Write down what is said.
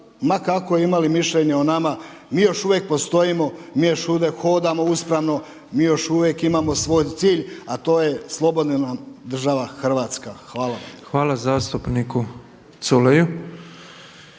ma kako imali mišljenje o nama, mi još uvijek postojimo, mi još hodamo uspravno, mi još uvijek imamo svoj cilj, a to je slobodna nam država Hrvatska. Hvala. **Petrov, Božo